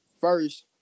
first